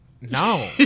No